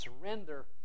Surrender